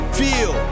feel